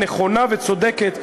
נכונה וצודקת,